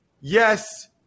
yes